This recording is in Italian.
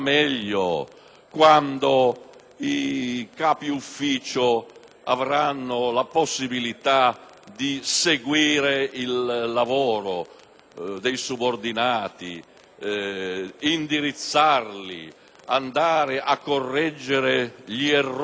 quando i capi ufficio avranno la possibilità di seguire il lavoro dei loro subordinati, di indirizzarli e di correggere i loro errori!